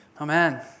Amen